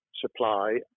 supply